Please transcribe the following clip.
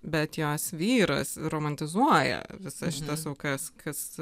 bet jos vyras romantizuoja visas šitas aukas kas